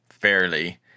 fairly